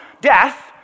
death